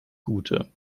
gute